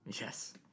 yes